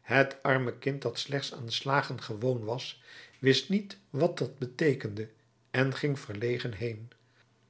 het arme kind dat slechts aan slagen gewoon was wist niet wat dat beteekende en ging verlegen heen